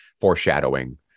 foreshadowing